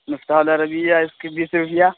مفتاح العربیہ اس کی بیس روپیہ